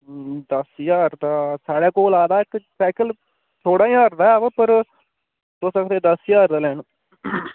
दस ज्हार दा साढ़ै कोल आया दा इक साईकल सौलां ज्हार दा ऐ पर तुस आखदे दस ज्हार दा लैना